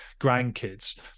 grandkids